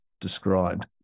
described